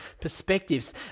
perspectives